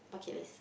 bucket list